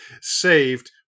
saved